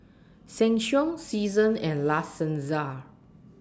Sheng Siong Seasons and La Senza